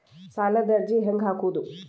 ಸಾಲದ ಅರ್ಜಿ ಹೆಂಗ್ ಹಾಕುವುದು?